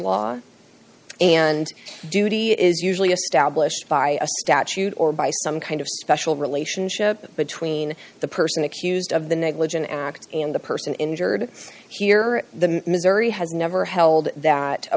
law and duty is usually established by statute or by some kind of special relationship between the person accused of the negligent act and the person injured here or the missouri has never held that a